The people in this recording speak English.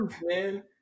man